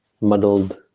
muddled